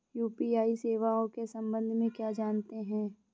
UPI सेवाओं के संबंध में क्या जानते हैं?